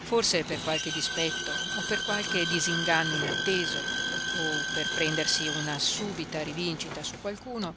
forse per qualche dispetto o per qualche disinganno inatteso o per prendersi una subita rivincita su qualcuno